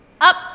Up